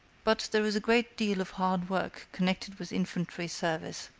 but there is a great deal of hard work connected with infantry service,